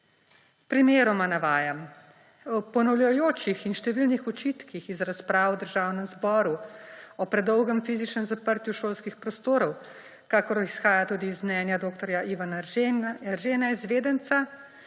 Primeroma navajam, v ponavljajočih in številnih očitkih iz razprav v državnem zboru o predolgem fizičnem zaprtju šolskih prostorov, kakor izhaja tudi iz mnenja dr. Ivana Eržena, izvedenca,